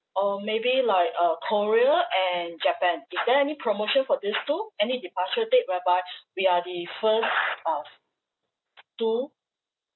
or maybe like uh korea and japan is there any promotion for these two any departure date whereby we are the first of two